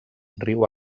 riu